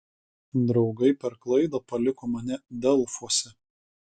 draugai per klaidą paliko mane delfuose